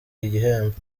igihembo